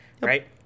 right